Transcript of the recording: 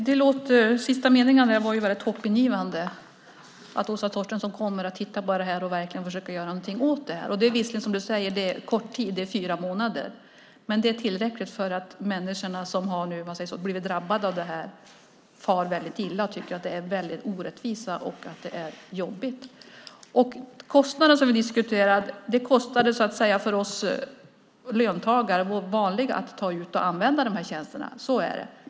Herr talman! De sista meningarna var väldigt hoppingivande, att Åsa Torstensson kommer att titta på det här och verkligen försöka göra någonting åt det. Det är visserligen, som du säger, kort tid, fyra månader, men det är tillräckligt för att människorna som har blivit drabbade far väldigt illa, tycker att det är en väldig orättvisa och att det är jobbigt. När det gäller kostnaderna, som vi diskuterat, kostade det för oss vanliga löntagare att använda de här tjänsterna, så är det.